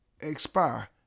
expire